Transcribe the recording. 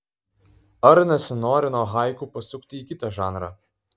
ar nesinori nuo haiku pasukti į kitą žanrą